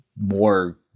more